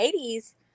80s